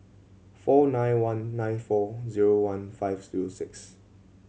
four nine one nine four zero one five zero six